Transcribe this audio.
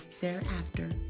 thereafter